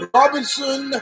Robinson